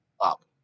up